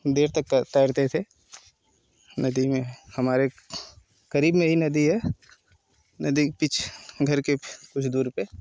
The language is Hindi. हम देर तक तैर तैरते थे नदी में हमारे करीब में ही नदी है नदी के पीछे घर के कुछ दूर पे